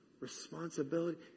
responsibility